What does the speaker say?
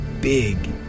big